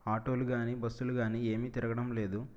ఆటోలు కాని బస్సులు కాని ఏమీ తిరగడం లేదు